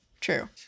True